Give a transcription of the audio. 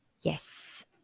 yes